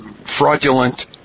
fraudulent